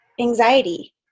anxiety